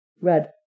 Red